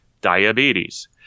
diabetes